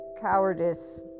Cowardice